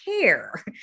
care